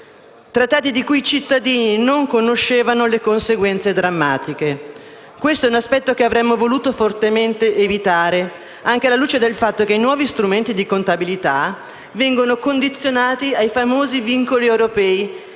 drammatiche i cittadini ignoravano. Questo è un aspetto che avremmo voluto fortemente evitare, anche alla luce del fatto che i nuovi strumenti di contabilità vengono condizionati ai famosi vincoli europei